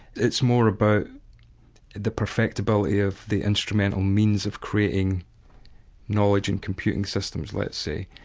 it's more about the perfectibility of the instrumental means of creating knowledge in computing systems, let's say,